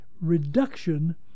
reduction